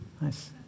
nice